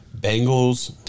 Bengals